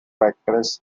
actress